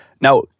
Now